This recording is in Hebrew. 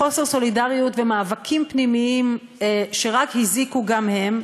חוסר סולידריות ומאבקים פנימיים שרק הזיקו גם הם,